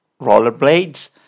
rollerblades